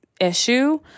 issue